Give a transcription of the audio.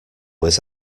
was